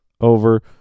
over